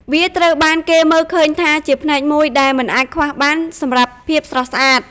វាត្រូវបានគេមើលឃើញថាជាផ្នែកមួយដែលមិនអាចខ្វះបានសម្រាប់ភាពស្រស់ស្អាត។